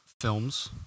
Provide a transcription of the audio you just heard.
films